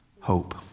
Hope